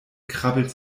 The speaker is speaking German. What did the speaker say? krabbelt